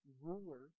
ruler